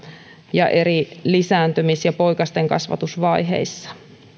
ja eri lisääntymis ja poikastenkasvatusvaiheissa